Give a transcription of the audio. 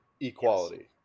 equality